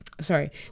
sorry